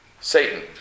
Satan